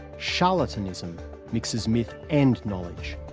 charlatanism mixes myth and knowledge,